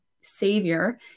savior